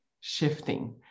shifting